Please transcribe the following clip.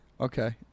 Okay